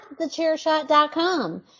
TheChairShot.com